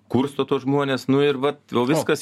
kursto tuos žmones nu ir vat viskas